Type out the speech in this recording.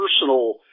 personal